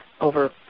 over